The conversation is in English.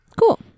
Cool